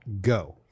go